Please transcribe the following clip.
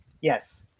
Yes